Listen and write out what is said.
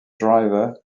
driver